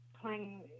playing